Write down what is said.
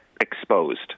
exposed